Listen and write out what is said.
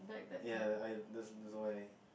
ya I that's that's why